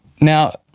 Now